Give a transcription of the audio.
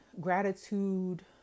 gratitude